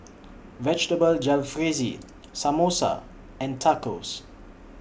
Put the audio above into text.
Vegetable Jalfrezi Samosa and Tacos